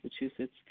Massachusetts